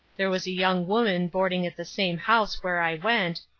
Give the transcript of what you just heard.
there was a young woman boarding at the same house where i went,